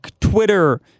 Twitter